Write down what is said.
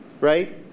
right